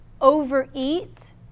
overeat